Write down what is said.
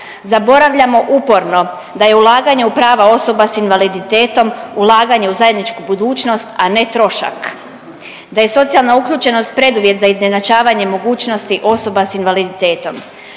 Zaboravljamo uporno da je ulaganje u prava osoba s invaliditetom, ulaganje u zajedničku budućnost, a ne trošak. Da je socijalna uključenost preduvjet za izjednačavanje mogućnosti osoba s invaliditetom.